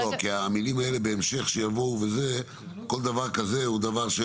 המילים האלה, שיבואו בהמשך, כל דבר כזה הוא דבר ש